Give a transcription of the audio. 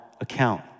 account